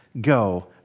go